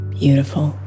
beautiful